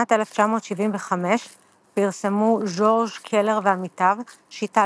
בשנת 1975 פרסמו ז'ורז' קלר ועמיתיו שיטה